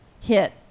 hit